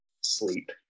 sleep